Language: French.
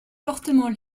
fortement